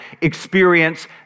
experience